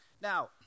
Now